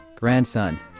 Grandson